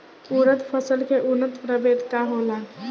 उरद फसल के उन्नत प्रभेद का होला?